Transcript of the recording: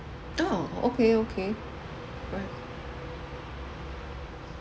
orh okay okay right